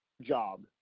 job